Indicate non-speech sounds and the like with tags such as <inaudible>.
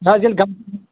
نہ حظ ییٚلہِ <unintelligible>